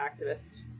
activist